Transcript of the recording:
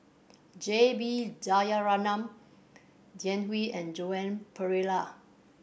J B Jeyaretnam Jiang Hu and Joan Pereira